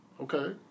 Okay